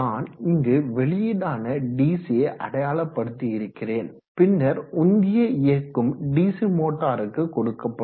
நான் இங்கு வெளியீடான டிசியை அடையாளப்படுத்தியிருக்கிறேன் பின்னர் உந்தியை இயக்கும் டிசி மோட்டாருக்கு கொடுக்கப்படும்